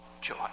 joy